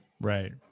Right